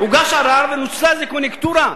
הוגש ערר ונוצלה איזו קוניונקטורה.